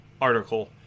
article